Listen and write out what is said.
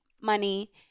money